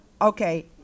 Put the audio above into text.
Okay